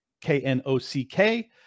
K-N-O-C-K